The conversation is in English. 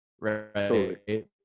right